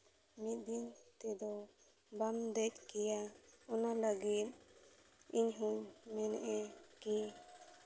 ᱢᱤᱫ ᱫᱤᱱ ᱛᱮᱫᱚ ᱵᱟᱢ ᱫᱮᱡᱽ ᱠᱮᱭᱟ ᱚᱱᱟ ᱞᱟᱹᱜᱤᱫ ᱤᱧ ᱦᱚᱧ ᱢᱮᱱᱮᱫᱼᱟ ᱠᱤ